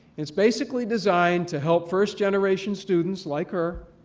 it's basically designed to help first-generation students like her